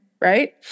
Right